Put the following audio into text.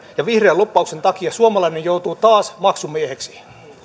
ja vihreän lobbauksen takia suomalainen joutuu taas maksumieheksi